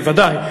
בוודאי.